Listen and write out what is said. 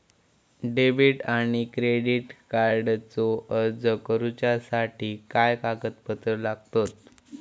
Debit आणि credit कार्डचो अर्ज करुच्यासाठी काय कागदपत्र लागतत?